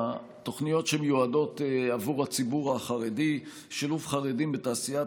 תוכניות שמיועדות לציבור החרדי: שילוב חרדים בתעשיית